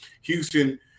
Houston